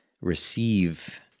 receive